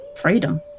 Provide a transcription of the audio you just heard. freedom